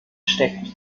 steckt